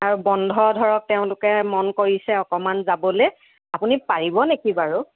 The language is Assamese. আৰু বন্ধ ধৰক তেওঁলোকে মন কৰিছে অকনমান যাবলৈ আপুনি পাৰিব নেকি বাৰু